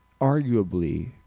arguably